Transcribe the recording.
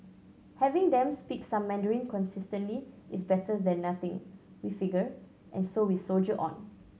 having them speak some Mandarin consistently is better than nothing we figure and so we soldier on